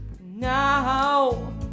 Now